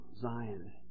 Zion